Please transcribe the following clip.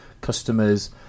customers